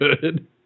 good